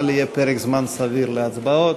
אבל יהיה פרק זמן סביר להצבעות.